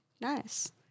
Nice